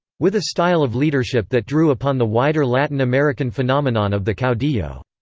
with a style of leadership that drew upon the wider latin american phenomenon of the caudillo.